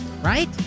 Right